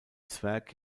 zwerg